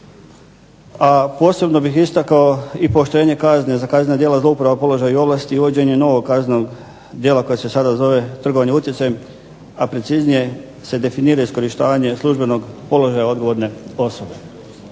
A posebno bih istakao i pooštrenje kazne za kaznena djela zlouporabe položaja i ovlasti i uvođenje novog kaznenog djela koje se sada zove trgovanje utjecajem, a preciznije se definira iskorištavanje službenog položaja odgovorne